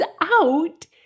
out